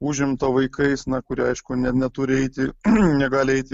užimta vaikais na kurie aišku neturi eiti negali eiti